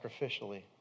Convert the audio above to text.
Sacrificially